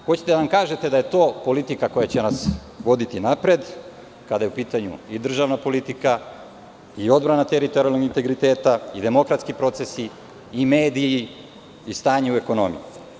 Hoćete da nam kažete da je to politika koja će nas voditi napred, kada je u pitanju i državna politika, i odbrana teritorijalnog integriteta i demokratski procesi i mediji i stanje u ekonomiji.